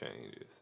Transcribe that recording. changes